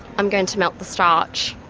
i'm going to melt the starch.